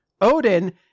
Odin